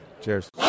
Cheers